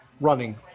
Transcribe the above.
running